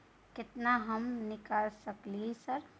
केतना हम निकाल सकलियै सर?